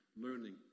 learning